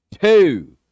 two